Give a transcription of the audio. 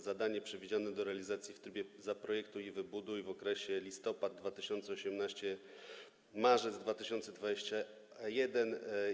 Zadanie jest przewidziane do realizacji w trybie „zaprojektuj i wybuduj” w okresie od listopada 2018 r. do marca 2021 r.